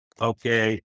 okay